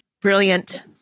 Brilliant